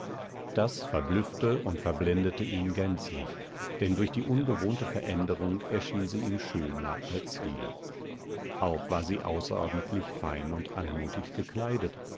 das verblüffte und verblendete ihn gänzlich denn durch die ungewohnte veränderung erschien sie ihm schöner als je auch war sie außerordentlich fein und anmutig gekleidet